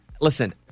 Listen